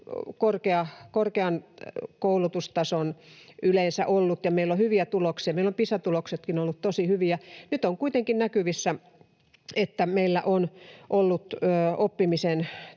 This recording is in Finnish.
korkea koulutustaso ollut, ja meillä on hyviä tuloksia. Meillä ovat Pisa-tuloksetkin olleet tosi hyviä. Nyt on kuitenkin näkyvissä, että meillä oppimistulokset